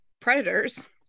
predators